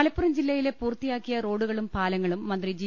മലപ്പുറം ജില്ലയിലെ പൂർത്തിയാക്കിയ റോഡുകളും പാലങ്ങളും മന്ത്രി ജി